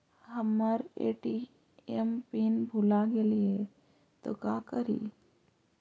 हमर ATM PIN भूला गेली हे, तो का करि?